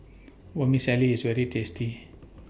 Vermicelli IS very tasty